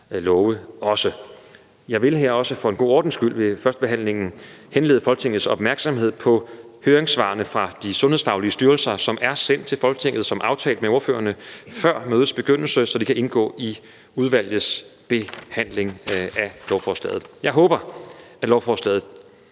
love. Jeg vil her også for en god ordens skyld ved førstebehandlingen henlede Folketingets opmærksomhed på høringssvarene fra de sundhedsfaglige styrelser, der er sendt til Folketinget som aftalt med ordførerne før mødets begyndelse, så de kan indgå i udvalgets behandling af lovforslaget. Jeg er sikker